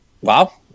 Wow